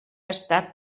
estat